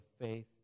faith